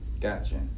Gotcha